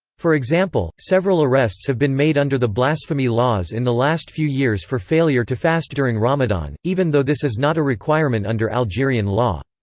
for example, several arrests have been made under the blasphemy laws in the last few years for failure to fast during ramadan, even though this is not a requirement under algerian law.